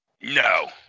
No